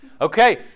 Okay